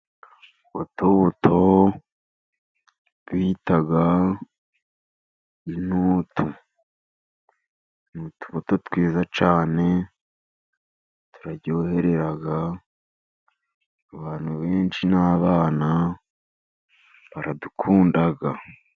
Utubuto bita intutu ni utubuto twiza cyane, turaryoherera, abantu benshi n'abana baradukunda.